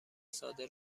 ساده